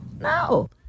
No